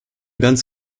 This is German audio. ganz